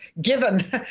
given